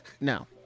no